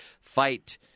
fight